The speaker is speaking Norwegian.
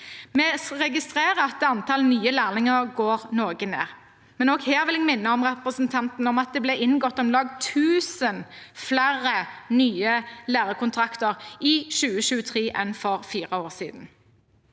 Vi registrerer at antall nye lærlinger går noe ned, men også her vil jeg minne representanten om at det ble inngått om lag 1 000 flere nye lærekontrakter i 2023 enn for fire år siden.